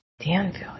Danville